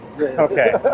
Okay